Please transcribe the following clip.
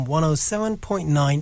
107.9